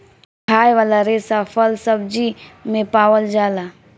खाए वाला रेसा फल, सब्जी सब मे पावल जाला